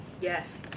Yes